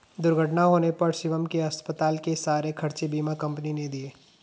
दुर्घटना होने पर शिवम के अस्पताल के सारे खर्चे बीमा कंपनी ने दिए